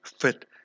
fit